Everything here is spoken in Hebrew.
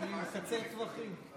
טווחים.